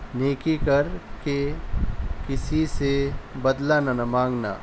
نیکی کر کے کسی سے بدلہ نہ مانگنا